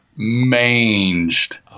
manged